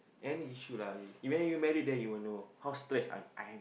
any issue lah if when you married then you will know how I stress I'm I am